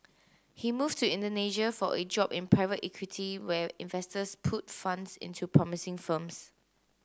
he moved to Indonesia for a job in private equity where investors put funds into promising firms